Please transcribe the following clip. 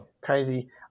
Crazy